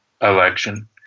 election